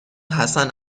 حسن